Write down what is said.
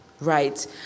Right